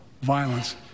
violence